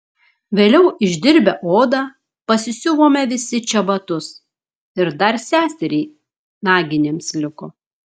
vėliau išdirbę odą pasisiuvome visi čebatus ir dar seseriai naginėms liko